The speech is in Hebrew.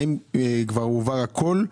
האם כבר הועבר הכול?